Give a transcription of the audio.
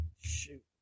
shoot